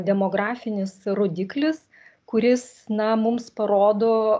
demografinis rodiklis kuris na mums parodo